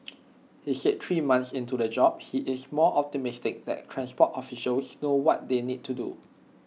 he said three months into the job he is more optimistic that transport officials know what they need to do